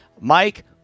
Mike